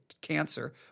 cancer